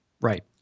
Right